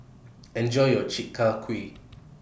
Enjoy your Chi Kak Kuih